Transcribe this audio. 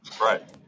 Right